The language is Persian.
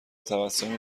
تبسمی